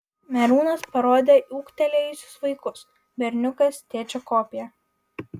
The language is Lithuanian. merūnas parodė ūgtelėjusius vaikus berniukas tėčio kopija